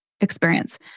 experience